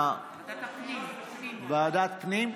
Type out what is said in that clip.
ועדת כספים, ועדת הפנים.